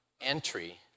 entry